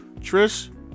Trish